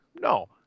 No